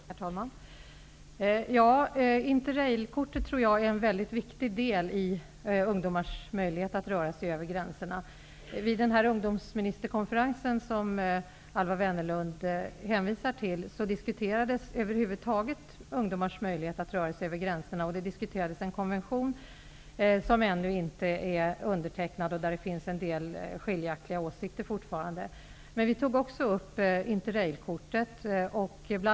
Herr talman! Interrailkortet är en väldigt viktig del i ungdomars möjlighet att röra sig över gränserna. Wennerlund hänvisar till, diskuterades ungdomars möjlighet att över huvud taget röra sig över gränserna. Man diskuterade en konvention, som ännu inte är undertecknad, eftersom det fortfarande finns en del skiljaktiga åsikter. Vi tog också upp frågan om Interrailkortet.